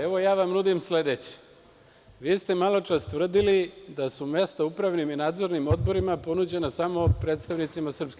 Evo ja vam nudim sledeće – vi ste maločas tvrdili da su mesta u upravnim i nadzornim odborima ponuđena samo predstavnicima SRS.